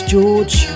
George